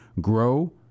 grow